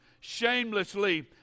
shamelessly